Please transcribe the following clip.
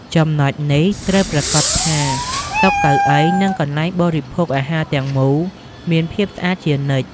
ចំណុចនេះត្រូវប្រាកដថា តុ កៅអី និងកន្លែងបរិភោគអាហារទាំងមូលមានភាពស្អាតជានិច្ច។